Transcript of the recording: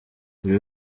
buri